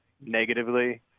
negatively